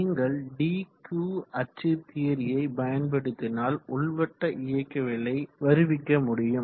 நீங்கள் DQ அச்சு தியரியை பயன்படுத்தினால் உள்வட்ட இயக்கவியலை வருவிக்க முடியும்